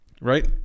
Right